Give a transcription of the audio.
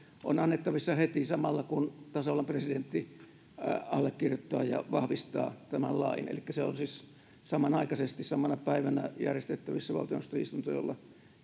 on annettavissa heti samalla kun tasavallan presidentti allekirjoittaa ja vahvistaa tämän lain elikkä on siis samanaikaisesti samana päivänä järjestettävissä valtioneuvoston istunto jolla